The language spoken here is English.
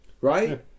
right